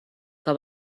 que